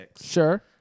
Sure